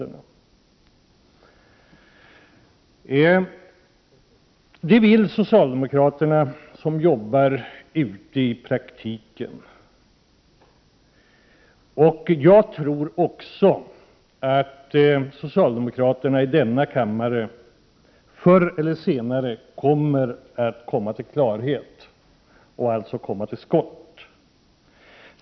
Det vill de socialdemokrater som är ute i det praktiska arbetslivet. Jag tror också att socialdemokraterna i denna kammare förr eller senare kommer till klarhet och alltså kommer till skott.